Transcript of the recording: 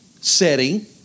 setting